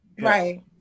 right